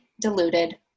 diluted